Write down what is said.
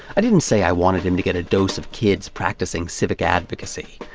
i didn't say i wanted him to get a dose of kids practicing civic advocacy,